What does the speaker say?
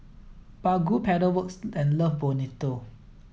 Baggu Pedal Works and Love Bonito